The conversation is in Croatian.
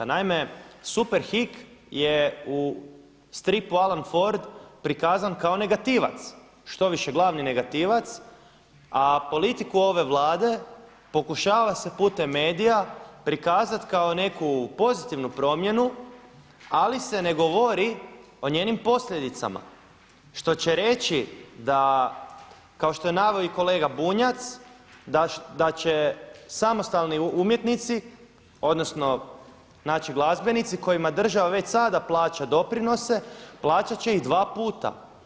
Naime, Superhik je u stripu Alan Ford prikazan kao negativac, štoviše glavni negativac a politiku ove Vlade pokušava se putem medija prikazati kao neku pozitivnu promjenu ali se ne govori o njenim posljedicama što će reći da kao što je naveo i kolega Bunjac da će samostalni umjetnici odnosno znači glazbenici kojima država već sada plaća doprinose plaćat će ih dva puta.